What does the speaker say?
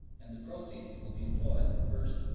and the proceeds will be employed, first,